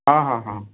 ହଁ ହଁ ହଁ